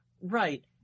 Right